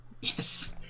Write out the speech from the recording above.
yes